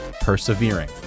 Persevering